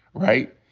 right?